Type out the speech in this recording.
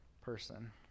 person